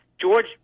George